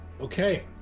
Okay